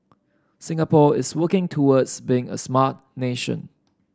Singapore is working towards being a Smart Nation